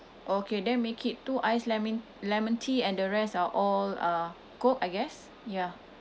okay then make it two iced lemon lemon tea and the rest are all uh coke I guess ya